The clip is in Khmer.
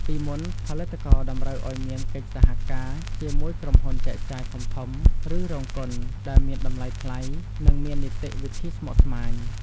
ពីមុន ផលិតករតម្រូវឱ្យមានកិច្ចសហការជាមួយក្រុមហ៊ុនចែកចាយធំៗ ឬរោងកុន ដែលមានតម្លៃថ្លៃ និងមាននីតិវិធីស្មុគស្មាញ។